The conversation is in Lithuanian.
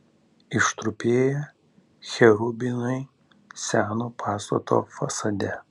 ištrupėję cherubinai seno pastato fasade